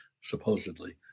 supposedly